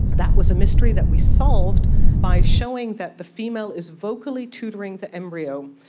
that was a mystery that we solved by showing that the female is vocally tutoring the embryo.